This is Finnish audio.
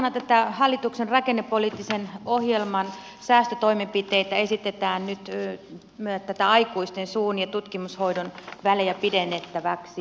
osana hallituksen rakennepoliittisen ohjelman säästötoimenpiteitä esitetään nyt aikuisten suun ja hampaiden tutkimusväliä pidennettäväksi